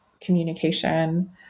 communication